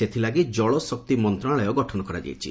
ସେଥିଲାଗି ଜଳଶକ୍ତି ମନ୍ତ୍ରଣାଳୟ ଗଠନ କରାଯାଇଛି